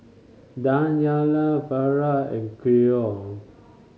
Danyelle Vara and Keon